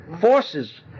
Forces